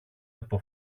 από